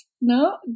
No